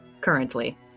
currently